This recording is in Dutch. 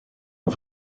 een